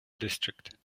district